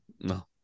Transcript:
No